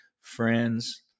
friends